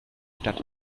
stadt